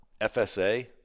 FSA